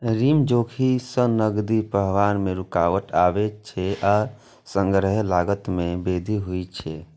ऋण जोखिम सं नकदी प्रवाह मे रुकावट आबै छै आ संग्रहक लागत मे वृद्धि होइ छै